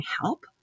help